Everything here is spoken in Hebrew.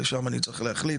לשם אני צריך להחליט.